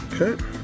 Okay